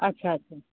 अच्छा